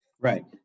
Right